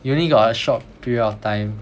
you only got a short period of time